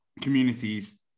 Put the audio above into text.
communities